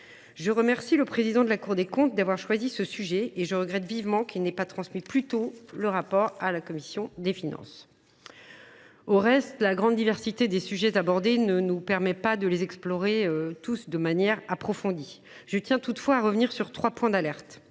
Je remercie le Premier président de la Cour des comptes d’avoir choisi ce sujet ; je regrette simplement qu’il n’ait pas transmis ce rapport plus tôt à notre commission des finances. Au reste, la grande diversité des sujets abordés ne nous permet pas de les explorer tous de manière approfondie. Je tiens toutefois à revenir sur trois points d’alerte.